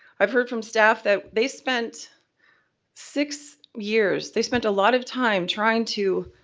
i've heard from staff that they spent six years, they spent a lot of time trying to,